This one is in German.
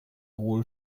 wohl